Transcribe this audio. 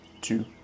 two